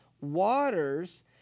waters